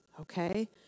okay